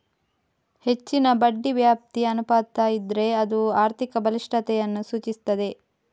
ಹೆಚ್ಚಿನ ಬಡ್ಡಿ ವ್ಯಾಪ್ತಿ ಅನುಪಾತ ಇದ್ರೆ ಅದು ಆರ್ಥಿಕ ಬಲಿಷ್ಠತೆಯನ್ನ ಸೂಚಿಸ್ತದೆ